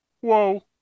Whoa